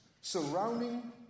surrounding